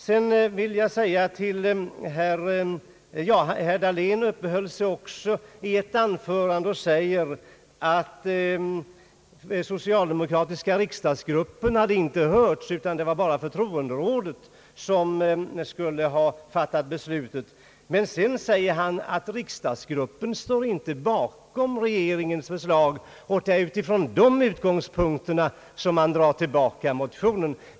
Herr Dahlén sade också i ett anförande att den socialdemokratiska riksdagsgruppen inte hade hörts, utan att det bara var förtroenderådet som hade fattat beslut, och i ett annat anförande sade han att riksdagsgruppen inte står bakom regeringens förslag och att det är från de utgångspunkterna man drar tillbaka propositionen.